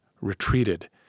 retreated